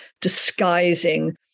disguising